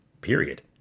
period